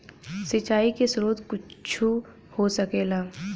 सिंचाइ के स्रोत कुच्छो हो सकेला